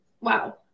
Wow